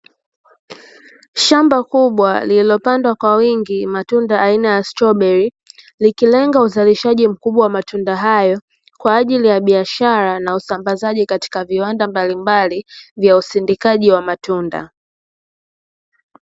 Shamba kubwa lililopandwa kwa wingi, matunda aina ya strawberri. Yakilenga uzalishaji mkubwa wa matunda hayo, kwa ajili ya biashara na usambazaji katika viwanda mbalimbali, vya usindikaji wa matunda.